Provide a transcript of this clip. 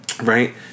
Right